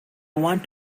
want